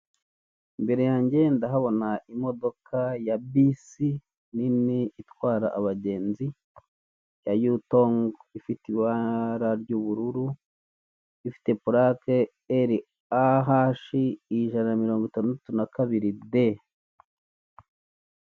Imbere yanjye ndahabona imodoka ya bisi nini itwara abagenzi ya yutongi, ifite ibara ry'ubururu, ifite purake eri a hashi ijana na mirongo itandatu na kabiri de.